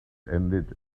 ended